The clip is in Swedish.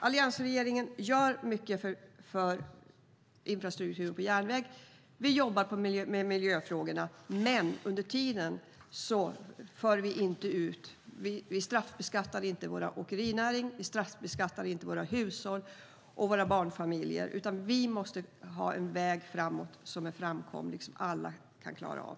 Alliansregeringen gör alltså mycket för infrastrukturen på järnväg. Vi jobbar med miljöfrågorna, men under tiden straffbeskattar vi inte vår åkerinäring. Vi straffbeskattar inte våra hushåll och våra barnfamiljer. Vi måste ha en väg framåt som är framkomlig och som alla kan klara av.